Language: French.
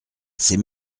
ces